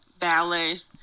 ballers